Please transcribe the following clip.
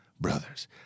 brothers